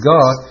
God